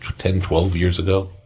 ten, twelve years ago.